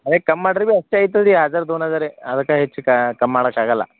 ಅದೆ ಕಮ್ ಮಾಡ್ರ ಬಿ ಅಷ್ಟೇ ಐತದ ರೀ ಹಝಾರ್ ದೋನ್ ಹಝಾರೆ ಅದಕ್ಕ ಹೆಚ್ಚು ಕಮ್ ಮಾಡಕ್ಕಾಗಲ್ಲ